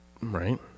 Right